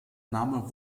name